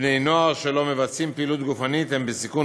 בני נוער שלא מבצעים פעילות גופנית הם בסיכון